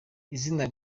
izina